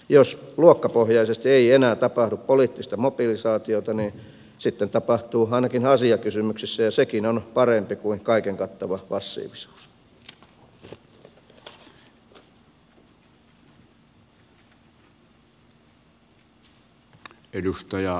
jos luokkapohjaisesti ei enää tapahdu poliittista mobilisaatiota niin sitten tapahtuu ainakin asiakysymyksissä ja sekin on parempi kuin kaiken kattava passiivisuus